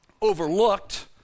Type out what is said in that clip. overlooked